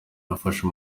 nafashe